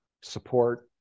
support